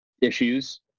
issues